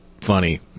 funny